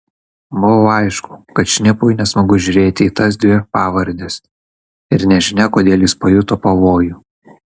buvo aišku kad šnipui nesmagu žiūrėti į tas dvi pavardes ir nežinia kodėl jis pajuto pavojų